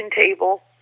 table